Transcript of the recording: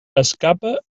escapa